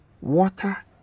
water